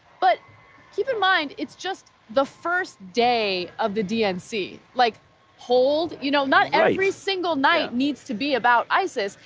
but keep in mind, it's just the first day of the dnc. like hold. you know not every single night needs to be about isis.